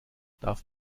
darf